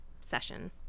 session